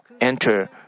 enter